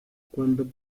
cuando